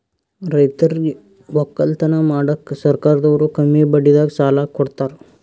ರೈತರಿಗ್ ವಕ್ಕಲತನ್ ಮಾಡಕ್ಕ್ ಸರ್ಕಾರದವ್ರು ಕಮ್ಮಿ ಬಡ್ಡಿದಾಗ ಸಾಲಾ ಕೊಡ್ತಾರ್